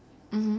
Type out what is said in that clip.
mmhmm